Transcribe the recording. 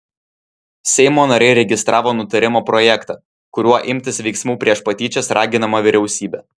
seimo nariai registravo nutarimo projektą kuriuo imtis veiksmų prieš patyčias raginama vyriausybė